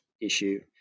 issue